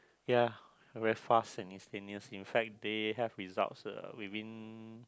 ya very fast and instantaneous in fact they have results uh within